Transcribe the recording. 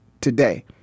today